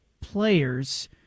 players